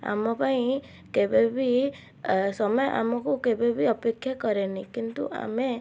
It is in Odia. ଆମ ପାଇଁ କେବେ ବି ସମୟ ଆମକୁ କେବେ ବି ଅପେକ୍ଷା କରେନି କିନ୍ତୁ ଆମେ